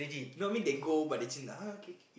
no I mean they go but they okay okay